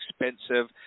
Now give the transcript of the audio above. expensive